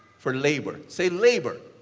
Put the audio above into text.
for labor. say, labor.